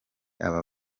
aba